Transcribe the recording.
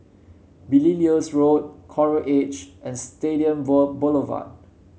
Belilios Road Coral Edge and Stadium Boulevard